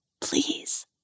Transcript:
please